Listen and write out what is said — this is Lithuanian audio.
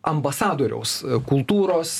ambasadoriaus kultūros